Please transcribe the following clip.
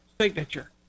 signature